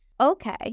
Okay